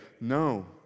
no